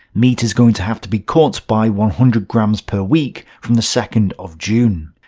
meat is going to have to be cut by one hundred grams per week from the second of june.